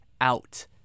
out